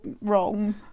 wrong